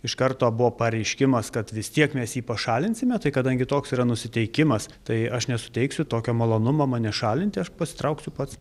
iš karto buvo pareiškimas kad vis tiek mes jį pašalinsime tai kadangi toks yra nusiteikimas tai aš nesuteiksiu tokio malonumo mane šalinti aš pasitrauksiu pats